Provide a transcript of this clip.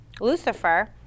Lucifer